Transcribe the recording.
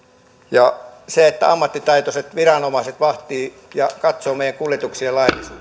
ja että ammattitaitoiset viranomaiset vahtivat ja katsovat meidän kuljetuksien